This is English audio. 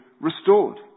restored